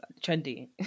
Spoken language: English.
trendy